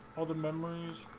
all the memories